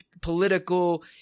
political